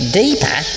deeper